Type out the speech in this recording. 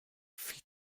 feed